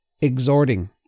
exhorting